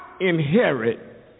inherit